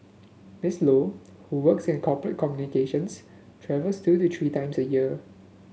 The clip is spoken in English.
Miss Low who works in corporate communications travels two to three times a year